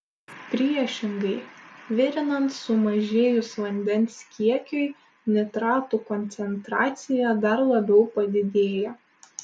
priešingai virinant sumažėjus vandens kiekiui nitratų koncentracija dar labiau padidėja